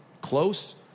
close